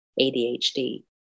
ADHD